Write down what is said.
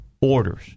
orders